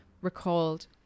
recalled